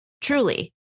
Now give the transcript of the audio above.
truly